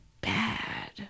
bad